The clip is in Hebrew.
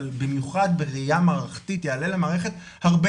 ובמיוחד בראייה מערכתית יעלה למערכת הרבה